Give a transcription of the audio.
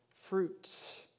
fruits